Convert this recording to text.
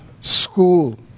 school